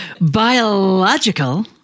biological